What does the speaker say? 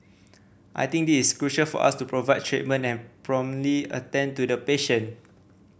I think this crucial for us to provide treatment and promptly attend to the patient